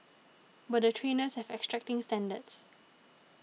but the trainers have exacting standards